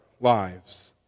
lives